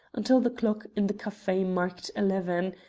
until the clock in the cafe marked eleven,